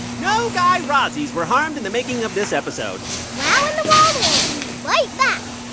no guy razzies were harmed in the making of this episode wow in the world will be right back.